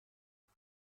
راه